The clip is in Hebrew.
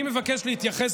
אני מבקש להתייחס,